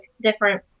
different